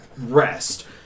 rest